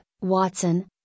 Watson